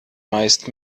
meist